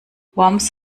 worms